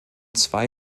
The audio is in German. zwei